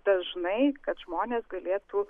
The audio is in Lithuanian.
dažnai kad žmonės galėtų